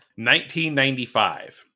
1995